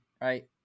right